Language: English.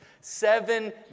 Seven